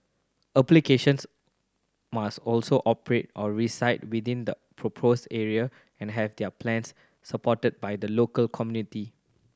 applications must also operate or reside within the proposed area and have their plans supported by the local community